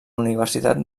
universitat